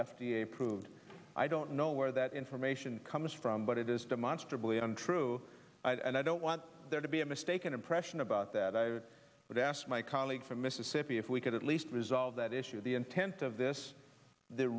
a approved i don't know where that information comes from but it is demonstrably untrue and i don't want there to be a mistaken impression about that i would ask my colleague from mississippi if we could at least resolve that issue the intent of this the